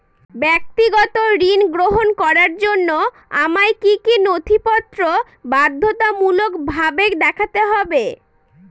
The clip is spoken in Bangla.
ব্যক্তিগত ঋণ গ্রহণ করার জন্য আমায় কি কী নথিপত্র বাধ্যতামূলকভাবে দেখাতে হবে?